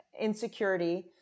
insecurity